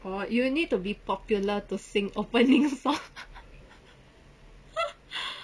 orh you will need to be popular to sing opening song